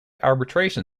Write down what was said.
arbitration